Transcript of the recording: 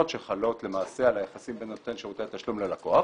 שחלות למעשה על היחסים בין נותן שירותי התשלום ללקוח.